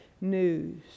news